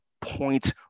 point